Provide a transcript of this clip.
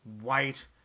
white